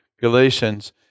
Galatians